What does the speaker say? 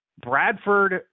Bradford